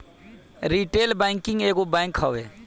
retail banking एगो bank हवे